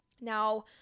Now